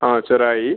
ആ ചെറായി